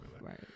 Right